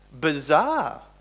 bizarre